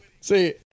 See